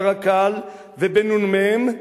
קרקל ונ"מ,